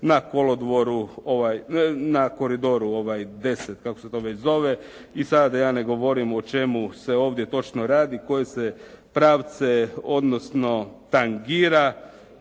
pruge na koridoru 10 kako se to već zove. I sada da ja ne govorim o čemu se ovdje točno radi koje se pravce odnosno tangira